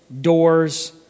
doors